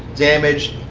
damage,